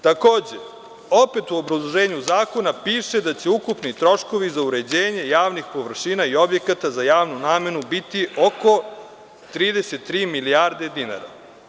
Takođe, opet u obrazloženju zakona piše da će ukupni troškovi za uređenje javnih površina i objekata za javnu namenu biti oko 33 milijardi dinara.